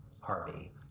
Harvey